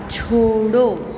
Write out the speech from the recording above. छोड़ो